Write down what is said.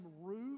roof